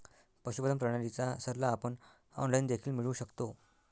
पशुपालन प्रणालीचा सल्ला आपण ऑनलाइन देखील मिळवू शकतो